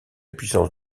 puissance